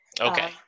Okay